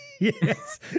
Yes